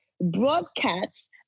broadcasts